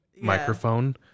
microphone